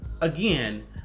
Again